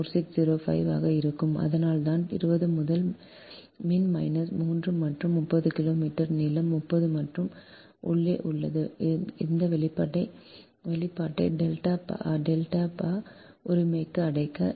4605 ஆக இருக்கும் அதனால்தான் 20 முதல் மின் மைனஸ் 3 மற்றும் 30 கிலோமீட்டர் நீளம் 30 மற்றும் உள்ளே உள்ளது இந்த வெளிப்பாட்டை டெல்டா பா உரிமைக்கு அடைக்க